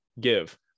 give